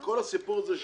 גם אני חשבתי על זה.